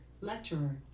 lecturer